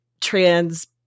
trans